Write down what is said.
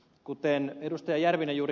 kuten ed